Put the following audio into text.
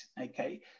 okay